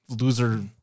loser